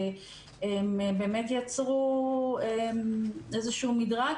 באמת יצרו איזה שהוא מדרג,